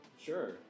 Sure